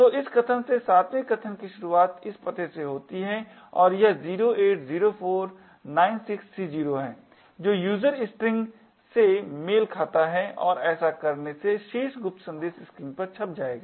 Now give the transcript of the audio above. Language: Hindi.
तो इस स्थान से 7 वें कथन की शुरुआत इस पते से होती है और यह 080496C0 है जो user string से मेल खाता है और ऐसा करने से शीर्ष गुप्त संदेश स्क्रीन पर छप जाएगा